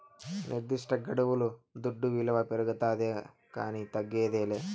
నిర్దిష్టగడువుల దుడ్డు విలువ పెరగతాదే కానీ తగ్గదేలా